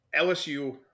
lsu